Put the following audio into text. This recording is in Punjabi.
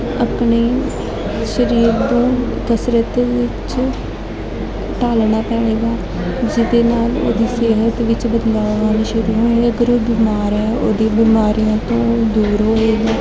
ਆਪਣੇ ਸਰੀਰ ਨੂੰ ਕਸਰਤ ਵਿੱਚ ਢਾਲਣਾ ਪਏਗਾ ਜਿਹਦੇ ਨਾਲ ਉਹਦੀ ਸਿਹਤ ਵਿੱਚ ਬਦਲਾਵ ਆਉਣਾ ਸ਼ੁਰੂ ਹੋਏਗਾ ਅਗਰ ਉਹ ਬਿਮਾਰ ਹੈ ਉਹਦੀ ਬਿਮਾਰੀਆਂ ਤੋਂ ਦੂਰ ਹੋਏਗਾ